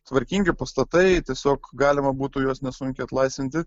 tvarkingi pastatai tiesiog galima būtų juos nesunkiai atlaisvinti